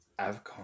Avcon